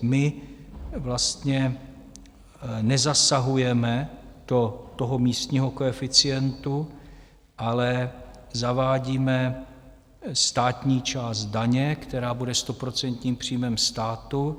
My vlastně nezasahujeme do místního koeficientu, ale zavádíme státní část daně, která bude stoprocentním příjmem státu.